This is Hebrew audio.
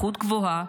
לחות גבוהה,